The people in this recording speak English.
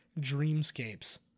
dreamscapes